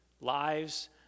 lives